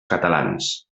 catalans